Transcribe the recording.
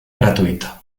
gratuito